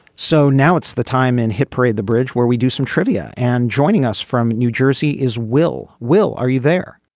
so now it's the time and hit parade the bridge where we do some trivia. and joining us from new jersey is will will are you there.